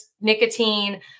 nicotine